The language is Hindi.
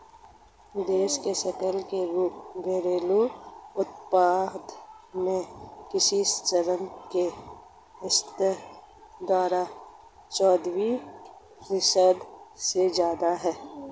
देश की सकल घरेलू उत्पाद में कृषि क्षेत्र की हिस्सेदारी चौदह फीसदी से ज्यादा है